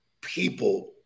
people